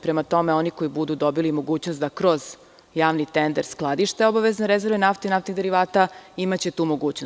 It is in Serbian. Prema tome, oni koji budu dobili mogućnost da kroz javni tender skladište obavezne rezerve nafte i naftnih derivata, imaće tu mogućnost.